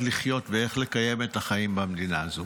לחיות ואיך לקיים את החיים במדינה הזו.